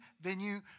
venue